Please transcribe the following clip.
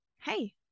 hey